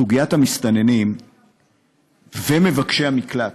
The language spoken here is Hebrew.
סוגיית המסתננים ומבקשי המקלט,